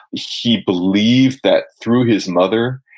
he believed that through his mother,